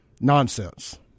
nonsense